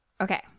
Okay